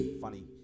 funny